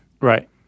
Right